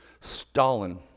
Stalin